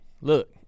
look